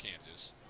Kansas